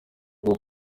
ubwo